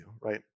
right